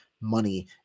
money